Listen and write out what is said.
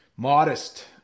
Modest